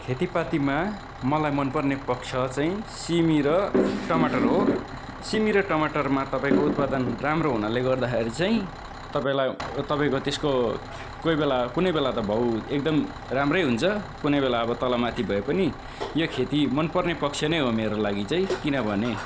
खेतीपातीमा मलाई मन पर्ने पक्ष चाहिँ सिमी र टमाटर हो सिमी र टमाटरमा तपाईँको उत्पादन राम्रो हुनाले गर्दाखेरि चाहिँ तपाईँलाई तपाईँको त्यसको कोही बेला कुनै बेला त भाउ एकदम राम्रै हुन्छ कुनै बेला अब तल माथि भए पनि यो खेती मन पर्ने पक्ष नै हो मेरो लागि चै किनभने